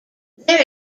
there